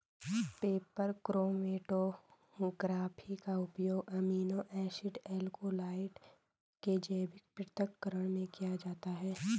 paper chromatography का उपयोग amino acid alkaloid के जैविक पृथक्करण में किया जाता है